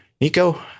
Nico